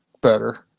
better